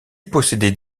possédait